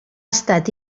estat